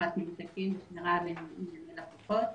הבטחת ניהול תקין ושמירה על ענייני לקוחות.